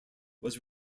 was